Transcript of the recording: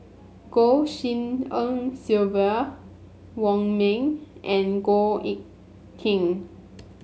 Goh Tshin En Sylvia Wong Ming and Goh Eck Kheng